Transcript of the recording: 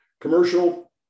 commercial